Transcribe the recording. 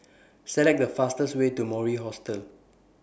Select The fastest Way to Mori Hostel